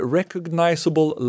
recognizable